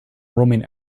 roaming